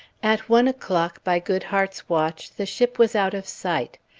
at one o'clock by goodhart's watch the ship was out of sight.